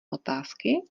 otázky